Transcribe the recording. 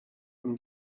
from